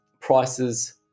prices